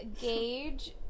Gage